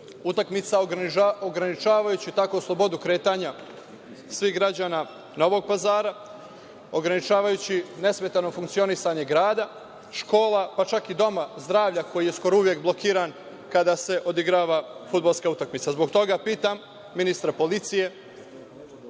utakmica, ograničavajući tako slobodu kretanja svih građana Novog Pazara, ograničavajući nesmetano funkcionisanje grada, škola, pa čak i doma zdravlja koji je skoro uvek blokiran kada se odigrava fudbalska utakmica. Zbog toga pitam ministra policije